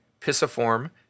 pisiform